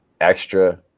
Extra